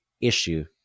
issue